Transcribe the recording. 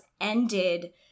ended